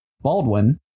Baldwin